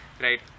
right